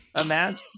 Imagine